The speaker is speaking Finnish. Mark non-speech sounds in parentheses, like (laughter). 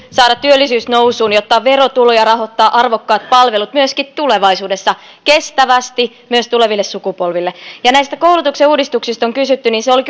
saada työllisyys nousuun jotta on verotuloja rahoittaa arvokkaat palvelut myöskin tulevaisuudessa kestävästi myös tuleville sukupolville näistä koulutuksen uudistuksista on kysytty se oli (unintelligible)